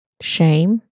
shame